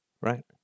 Right